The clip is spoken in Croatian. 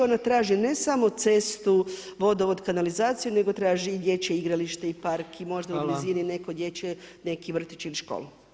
Ona traži ne samo cestu, vodovod, kanalizaciju nego traži i dječje igralište i park i možda u blizini neko dječje, neki vrtić ili školu.